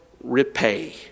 repay